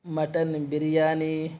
mutton biryani